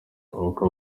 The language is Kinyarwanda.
uko